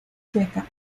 checa